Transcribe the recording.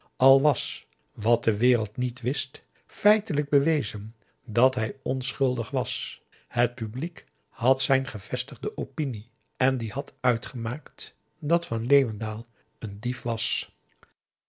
was wat de wereld niet wist feitelijk bewezen dat hij onschuldig was het publiek had zijn gevestigde opinie en die had uitgemaakt dat van leeuwendaal een dief was